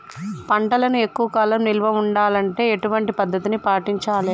పంటలను ఎక్కువ కాలం నిల్వ ఉండాలంటే ఎటువంటి పద్ధతిని పాటించాలే?